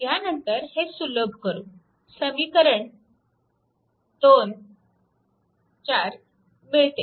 ह्यानंतर हे सुलभ करू हे समीकरण 24 मिळते